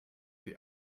the